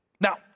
Now